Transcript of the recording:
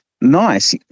Nice